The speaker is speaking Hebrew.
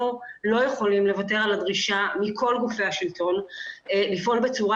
אנחנו לא יכולים לוותר על הדרישה מכל גופי השליטון לפעול בצורה